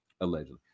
allegedly